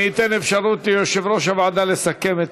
אני אתן אפשרות ליושב-ראש הוועדה לסכם את